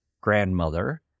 grandmother